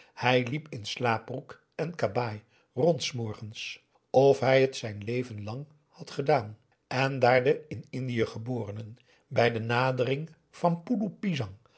hij liep in slaapbroek en kabaai rond s morgens of hij t zijn leven lang had gedaan en daar de in indië geborenen bij de nadering van poeloe pisang